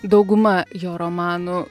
dauguma jo romanų